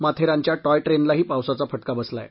माथेरानच्या toy ट्रेनलाही पावसाचा फटका बसला आहे